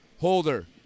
Holder